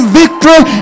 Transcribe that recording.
victory